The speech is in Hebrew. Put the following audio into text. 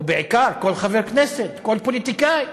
ובעיקר כל חבר כנסת, כל פוליטיקאי.